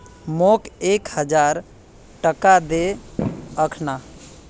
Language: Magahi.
मोक एक हजार टका दे अखना